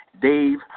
Dave